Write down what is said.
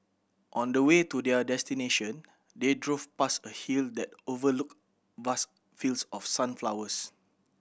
on the way to their destination they drove past a hill that overlooked vast fields of sunflowers